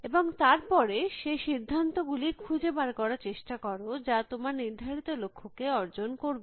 এবং তার পরে সেই সিদ্ধান্ত গুলি খুঁজে বার করার চেষ্টা কর যা তোমার নির্ধারিত লক্ষ্যকে অর্জন করবে